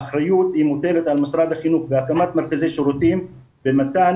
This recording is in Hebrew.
האחריות מוטלת על משרד החינוך בהקמת משרדי שירותים ומתן